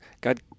God